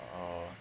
oh